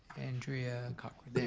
andrea cochran, there